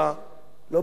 לא באמת חשוב.